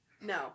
No